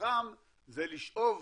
חכם זה לשאוב